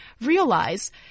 realize